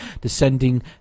descending